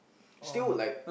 still like